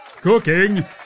Cooking